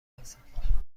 هستم